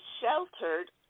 sheltered